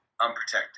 unprotected